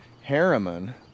Harriman